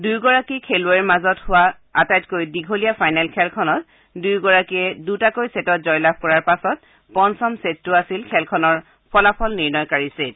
দুয়োগৰাকী খেলুৱৈৰ মাজত আটাইতকৈ দীঘলীয়া ফাইনেল খেলখনত দুয়োগৰাকীয়ে দুটাকৈ ছেটত জয়লাভ কৰাৰ পাছত পঞ্চম ছেটতো আছিল খেলখনৰ ফলাফল নিৰ্ণয়কাৰী ছেট